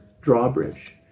drawbridge